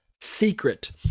secret